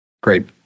Great